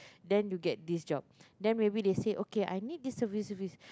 then you get this job then maybe they say okay I need this service service